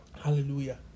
Hallelujah